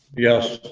yes.